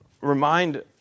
remind